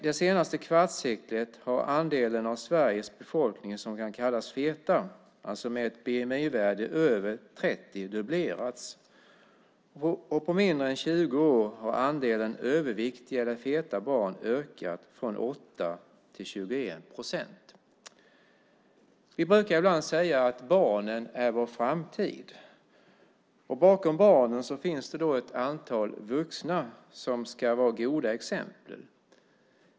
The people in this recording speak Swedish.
Det senaste kvartsseklet har den andel av Sveriges befolkning som kan kallas feta, med ett BMI-värde över 30, dubblerats. På mindre än 20 år har andelen överviktiga eller feta barn ökat från 8 till 21 procent. Vi brukar ibland säga att barnen är vår framtid. Bakom barnen finns det ett antal vuxna som ska vara goda exempel.